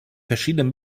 verschiedenen